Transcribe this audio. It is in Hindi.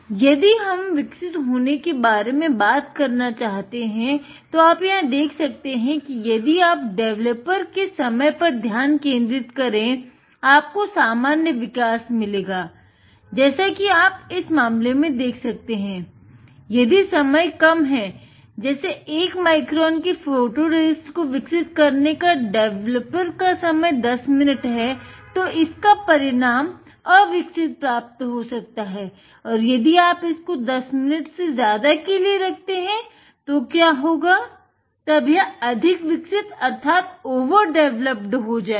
अगर हम विकसित होने के बारे में बात करना तो चाहते हैं तो आप यहाँ देख सकते हैं कि अगर आप डेवलपर होगा